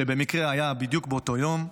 שבמקרה היה בדיוק באותו יום,